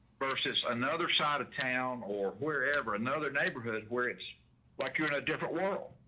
versus another side of town or wherever another neighborhood where it's like you're in a different world.